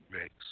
Rex